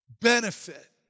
benefit